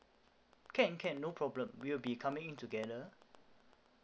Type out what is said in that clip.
can can no problem we'll be coming in together